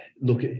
Look